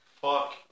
Fuck